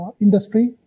industry